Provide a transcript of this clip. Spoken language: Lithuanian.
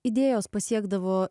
idėjos pasiekdavo